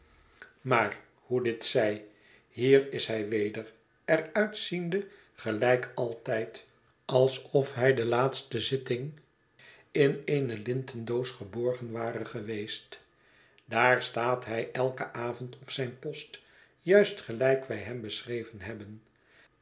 maar hoe dit zij hier is hij weder er uitziende gelijk altijd alsofhii sedert delaatste zitting in eene lintendoos geborgen ware geweest daar staat hg elken avond op zijn post juist gelijk wij hem beschreven hebben